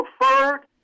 preferred